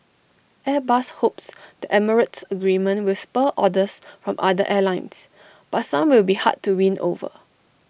airbus hopes the emirates agreement will spur orders from other airlines but some will be hard to win over